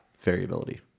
variability